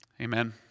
Amen